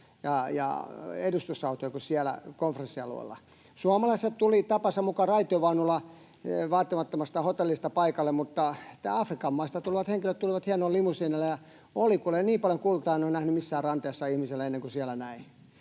ja edustusautoja kuin siellä konferenssialueella. Suomalaiset tulivat tapansa mukaan raitiovaunulla vaatimattomasta hotellista paikalle, mutta nämä Afrikan maista tulevat henkilöt tulivat hienoilla limusiineilla, ja oli kuule niin paljon kultaa, etten ole sellaista nähnyt missään ranteessa ihmisellä ennen kuin siellä näin.